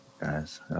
guys